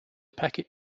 packet